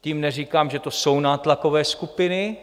Tím neříkám, že to jsou nátlakové skupiny.